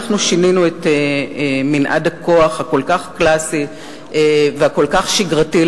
אנחנו שינינו את מנעד הכוח הכל-כך קלאסי והכל-כך שגרתי,